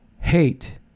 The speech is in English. hate